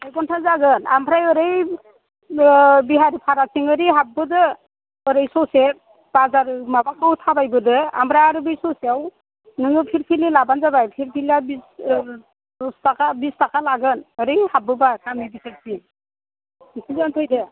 एक घन्टा जागोन आमफ्राय ओरै बिहारि फाराथिं ओरै हाबदो ओरै ससे बाजार माबाखौ थाबायबोदो आमफ्राय आरो बे ससेयाव नोङो फिरफिलि लाब्लानो जाबाय फिरफिलिया बिस दस थाखा बिस थाखा लागोन ओरै हाबबोब्ला गामि गेजेरसिम बिसिमल' फैदो